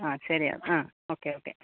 ആ ശരിയെന്നാൽ ആ ഓക്കെ ഓക്കെ